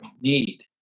need